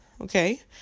Okay